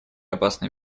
опасным